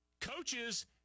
coaches